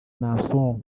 naason